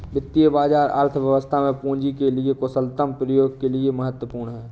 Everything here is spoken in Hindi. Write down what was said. वित्तीय बाजार अर्थव्यवस्था में पूंजी के कुशलतम प्रयोग के लिए महत्वपूर्ण है